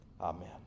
Amen